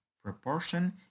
proportion